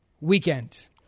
weekend